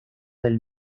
del